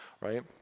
right